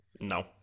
No